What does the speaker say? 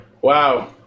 Wow